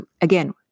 again